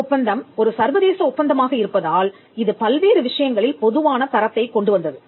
drips ஒப்பந்தம் ஒரு சர்வதேச ஒப்பந்தமாக இருப்பதால் இது பல்வேறு விஷயங்களில் பொதுவான தரத்தைக் கொண்டுவந்தது